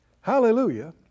hallelujah